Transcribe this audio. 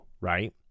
right